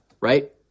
right